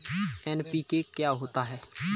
NPK क्या होता है?